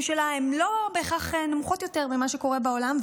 שלה הן לא בהכרח נמוכות יותר ממה שקורה בעולם,